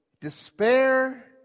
despair